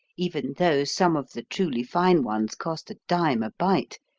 even though some of the truly fine ones cost a dime a bite,